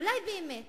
אולי באמת